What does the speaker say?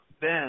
Ben